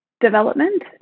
development